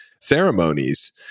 ceremonies